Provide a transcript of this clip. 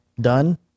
done